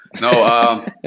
No